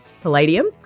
palladium